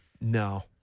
No